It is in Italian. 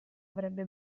avrebbe